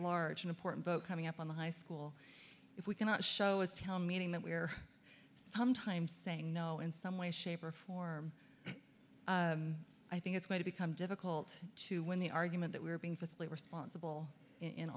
large and important vote coming up on the high school if we cannot show is tell meaning that we are sometimes saying no in some way shape or form i think it's going to become difficult to win the argument that we're being fiscally responsible in